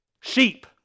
Sheep